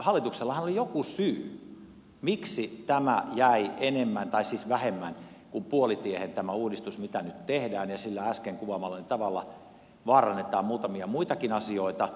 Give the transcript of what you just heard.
hallituksellahan on joku syy miksi jäi vähemmän kuin puolitiehen tämä uudistus mitä nyt tehdään ja miksi sillä äsken kuvaamallani tavalla vaarannetaan muutamia muitakin asioita